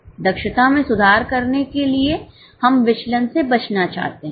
दक्षता में सुधार करने के लिए हम विचलन से बचना चाहते हैं